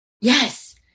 yes